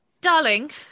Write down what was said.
Darling